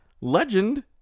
legend